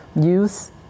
youth